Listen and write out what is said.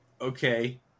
okay